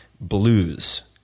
Blues